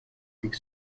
avec